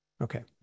Okay